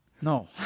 No